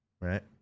Right